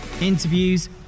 interviews